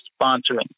sponsoring